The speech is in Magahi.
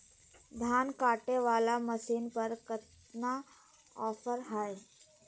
धान कटे बाला मसीन पर कतना ऑफर हाय?